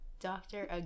doctor